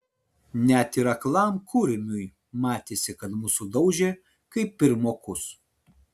net ir aklam kurmiui matėsi kad mus sudaužė kaip pirmokus